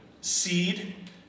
seed